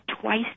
twice